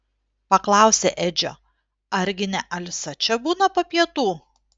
paklausė edžio argi ne alisa čia būna po pietų